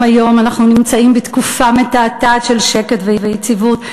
גם היום אנחנו נמצאים בתקופה מתעתעת של שקט ויציבות,